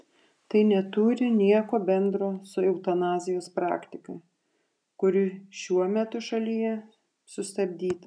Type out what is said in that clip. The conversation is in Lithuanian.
tai neturi nieko bendro su eutanazijos praktika kuri šiuo metu šalyje sustabdyta